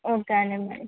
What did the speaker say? okay అండి మరి